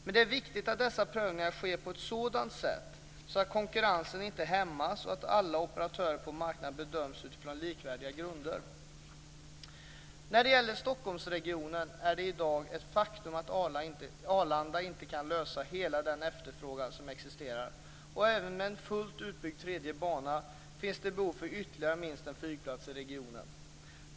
Det är dock viktigt att dessa prövningar sker på ett sådant sätt att konkurrensen inte hämmas och att alla operatörer på marknaden bedöms utifrån likvärdiga grunder. När det gäller Stockholmsregionen är det i dag ett faktum att Arlanda inte kan lösa hela den efterfrågan som existerar. Även med en fullt utbyggd tredje bana finns det behov av ytterligare minst en flygplats i regionen.